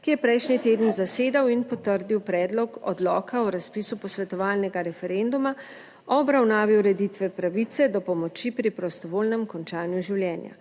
ki je prejšnji teden zasedal in potrdil predlog odloka o razpisu posvetovalnega referenduma o obravnavi ureditve pravice do pomoči pri prostovoljnem končanju življenja.